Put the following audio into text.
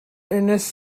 ernest